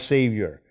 Savior